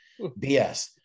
BS